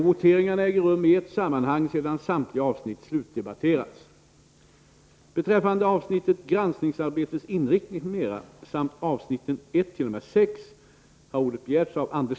Voteringarna äger rum i ett sammanhang sedan samtliga avsnitt slutdebatterats.